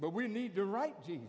but we need the right ge